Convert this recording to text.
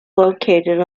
located